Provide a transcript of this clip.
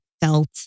felt